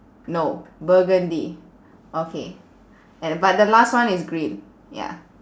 no burgundy okay and but the last one is green ya